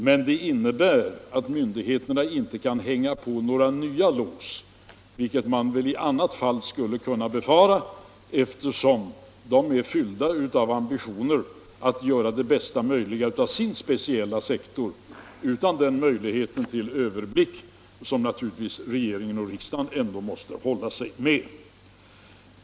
Men det innebär att myndigheterna inte kan hänga på några nya lås, vilket man i annat fall skulle kunna befara, eftersom myndigheterna är fyllda av ambitioner att göra det bästa möjliga av sin speciella sektor, utan den möjlighet till överblick som naturligtvis regering och riksdag ändå måste hålla sig med.